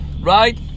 right